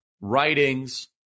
writings